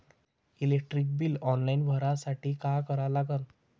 Electric bill online भरासाठी का करा लागन?